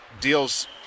deals